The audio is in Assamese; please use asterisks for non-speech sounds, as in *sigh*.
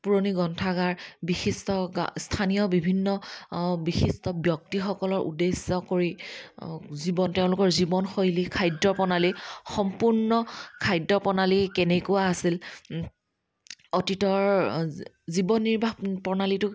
পুৰণি গ্ৰন্থগাৰ বিশিষ্ট *unintelligible* স্থানীয় বিভিন্ন বিশিষ্ট ব্যক্তিসকলৰ উদ্দেশ্য কৰি জীৱন তেওঁলোকৰ জীৱনশৈলী খাদ্য প্ৰণালী সম্পূৰ্ণ খাদ্য প্ৰণালী কেনেকুৱা আছিল অতীতৰ জীৱন নিৰ্বাহ প্ৰণালীটো